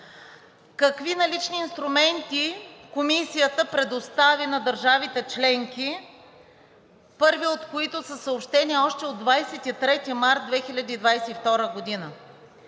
Какви налични инструменти Комисията предостави на държавите членки, първите от които са съобщени още от 23 март 2022 г.?